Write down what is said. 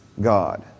God